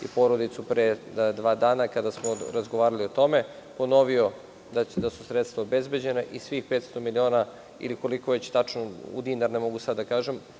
i porodicu pre dva dana, kada smo razgovarali o tome. Ponovio je da su sredstva obezbeđena, svih 500 miliona ili koliko već tačno u dinar, ne mogu sada da kažem,